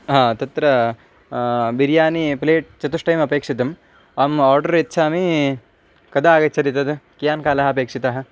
हा तत्र बिर्यानि प्लेट् चतुष्टयम् अपेक्षितम् अहम् आर्डर् यच्छामि कदा आगच्छति तद् कियान् कालः अपेक्षितः